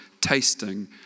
tasting